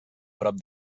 prop